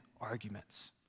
arguments